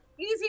Easy